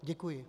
Děkuji.